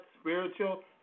spiritual